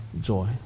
joy